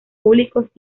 públicos